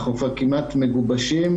אנחנו כבר כמעט מגובשים.